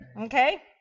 Okay